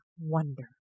wonder